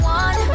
one